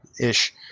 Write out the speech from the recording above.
Ish